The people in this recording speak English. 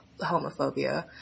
homophobia